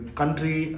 country